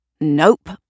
Nope